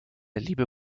liebe